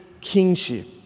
kingship